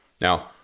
Now